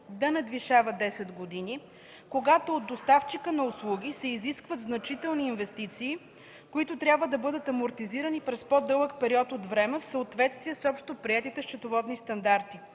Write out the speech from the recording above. на надвишава 10 години, когато от доставчика на услуги се изискват значителни инвестиции, които трябва да бъдат амортизирани през по-дълъг период от време в съответствие с общоприетите счетоводни стандарти.